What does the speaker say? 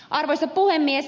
arvoisa puhemies